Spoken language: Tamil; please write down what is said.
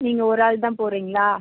நீங்கள் ஒரு ஆள் தான் போகிறிங்களா